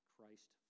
Christ